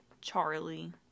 Charlie